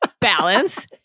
balance